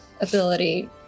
ability